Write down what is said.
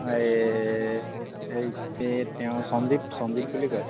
এই এই তেওঁ সঞ্জীৱ সঞ্জীৱ বুলি কয়